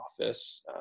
office